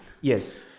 yes